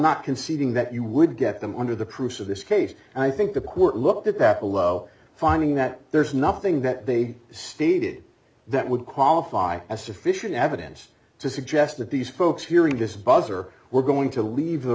not conceding that you would get them under the proofs of this case and i think the court looked at that below finding that there's nothing that they stated that would qualify as sufficient evidence to suggest that these folks hearing this buzzer were going to leave the